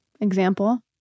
Example